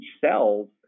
cells